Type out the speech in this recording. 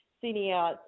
senior